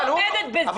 מה אכפת לך?